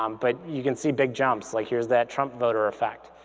um but you can see big jumps. like here's that trump voter effect.